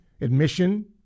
admission